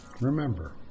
remember